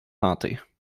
tenter